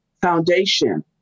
foundation